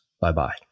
Bye-bye